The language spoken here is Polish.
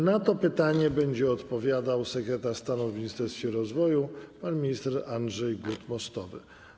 Na to pytanie będzie odpowiadał sekretarz stanu w Ministerstwie Rozwoju pan minister Andrzej Gut-Mostowy.